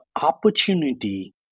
opportunity